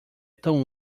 tão